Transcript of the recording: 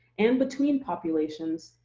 and between populations,